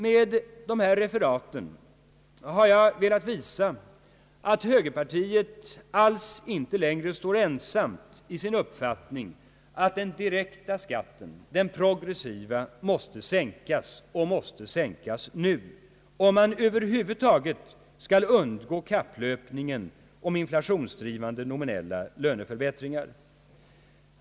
Med de referat jag här har gjort har jag velat visa att högerpartiet alls inte längre står ensamt om sin uppfattning att den direkta skatten — den progressiva — måste sänkas och måste sänkas nu om man över huvud taget skall undgå kapplöpningen om inflationsdrivande, nominella löneförbättringar.